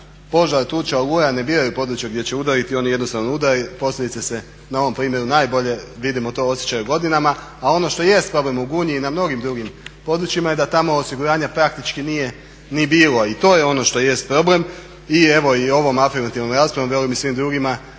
Požar, tuča, oluja ne biraju područja gdje će udariti, oni jednostavno udaraju i posljedice se, na ovom primjeru najbolje vidimo to, osjećaju godinama. A ono što jest problem u Gunji i na mnogim drugim područjima je da tamo osiguranja praktički nije ni bilo i to je ono što jest problem. I evo i ovom afirmativnom raspravom velim i svim drugima treba